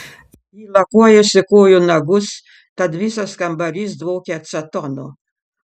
ji lakuojasi kojų nagus tad visas kambarys dvokia acetonu